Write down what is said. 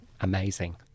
amazing